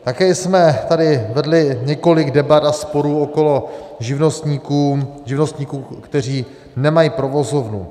Také jsme tady vedli několik debat a sporů okolo živnostníků, živnostníků, kteří nemají provozovnu.